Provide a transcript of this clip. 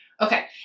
Okay